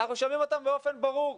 ואנחנו שומעים אותן באופן ברור.